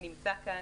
שנמצא כאן,